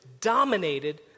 dominated